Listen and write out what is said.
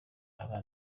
aba